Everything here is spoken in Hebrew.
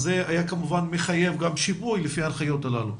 היה כמובן מחייב שיפוי לפי ההנחיות הללו.